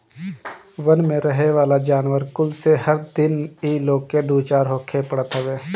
वन में रहेवाला जानवर कुल से हर दिन इ लोग के दू चार होखे के पड़त हवे